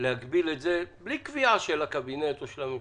להגביל את זה בלי קביעה של הקבינט או של הממשלה?